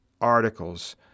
articles